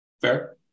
Fair